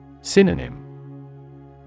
Synonym